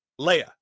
Leia